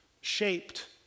shaped